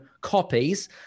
copies